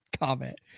comment